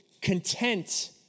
content